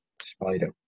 spider